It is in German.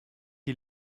die